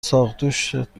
ساقدوشت